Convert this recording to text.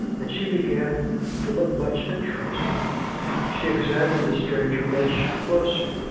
and she began to look much interested she examined the stranger much closer,